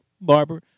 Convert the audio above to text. barber